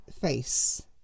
face